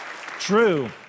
True